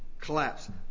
Collapse